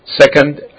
second